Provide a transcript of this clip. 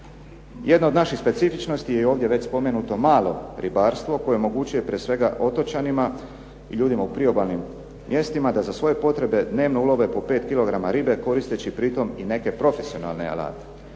Jedno od naših specifičnosti je ovdje spomenuto malo ribarstvo koje omogućuje prije svega otočanima i ljudima u priobalnim mjestima da za svoje potrebe dnevno ulove 5 kilograma ribe koristeći pri tome neke profesionalne alate.